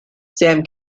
sam